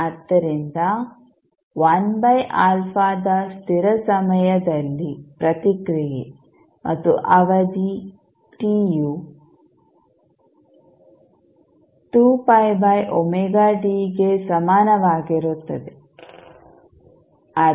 ಆದ್ದರಿಂದ 1α ದ ಸ್ಥಿರ ಸಮಯದಲ್ಲಿ ಪ್ರತಿಕ್ರಿಯೆ ಮತ್ತು ಅವಧಿ t ಯು ಗೆ ಸಮಾನವಾಗಿರುತ್ತದೆ